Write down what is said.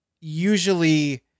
usually